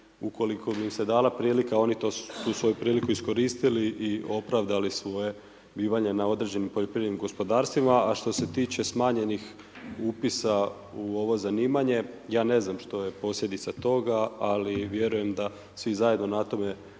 ukoliko bi im se dala prilika, oni tu svoju priliku iskoristili i opravdali svoje bivanje na određenim poljoprivrednim gospodarstvima. A što se tiče smanjenih upisa u ovo zanimanje, ja ne znam što je posljedica toga, ali vjerujem da svi zajedno na tome